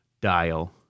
dial